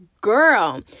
girl